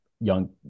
young